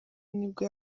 nibwo